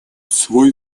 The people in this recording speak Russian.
свой